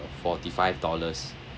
forty five dollars